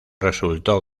resultó